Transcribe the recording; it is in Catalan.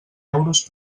euros